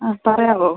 ആ പറയാവോ